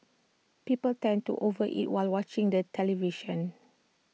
people tend to over eat while watching the television